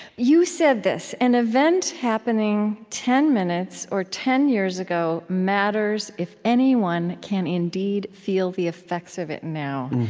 you said this an event happening ten minutes or ten years ago matters if anyone can indeed feel the effects of it now.